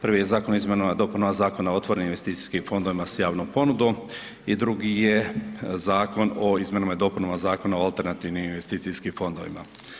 Prvi je Zakon o izmjenama i dopunama Zakona o otvorenim investicijskim ponuda s javnom ponudom i drugi je Zakon o izmjenama i dopunama Zakona o alternativnim investicijskim fondovima.